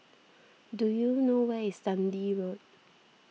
do you know where is Dundee Road